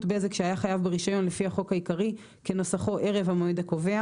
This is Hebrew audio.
בזק שהיה חייב ברישיון לפי החוק העיקרי כנוסחו ערב המועד הקובע.